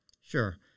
Sure